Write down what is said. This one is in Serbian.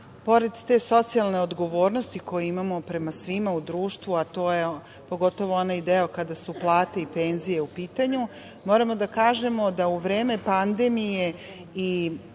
pored te socijalne odgovornosti koju imamo prema svima u društvu, a to je pogotovo onaj deo kada su plate i penzije u pitanju, moramo da kažemo da u vreme pandemije i u godini